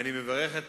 אני מברך את